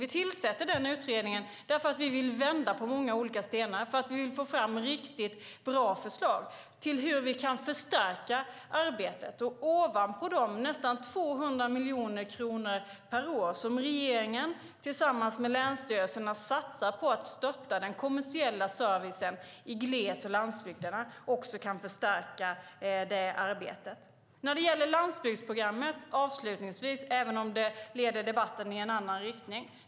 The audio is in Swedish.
Vi tillsätter den utredningen för att vi vill vända på många olika stenar och för att vi vill få fram riktigt bra förslag till hur vi kan förstärka arbetet. Det sker ovanpå de nästan 200 miljoner kronor per år som regeringen tillsammans med länsstyrelserna satsar på att stötta den kommersiella servicen i gles och landsbygderna. Avslutningsvis gäller det landsbygdsprogrammet, även om det leder debatten i en annan riktning.